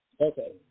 okay